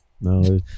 No